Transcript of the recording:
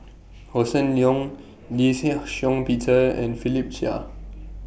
Hossan Leong Lee Shih Shiong Peter and Philip Chia